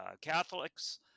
Catholics